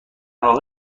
واقع